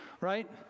right